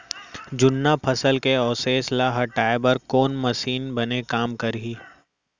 जुन्ना फसल के अवशेष ला हटाए बर कोन मशीन बने काम करही?